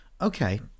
Okay